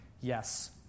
yes